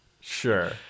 Sure